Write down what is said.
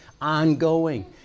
ongoing